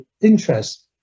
interest